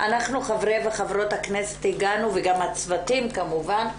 אנחנו חברי וחברות הכנסת הגענו וגם הצוותים כמובן,